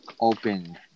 open